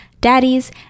daddies